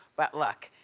but look,